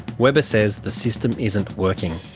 webber says the system isn't working,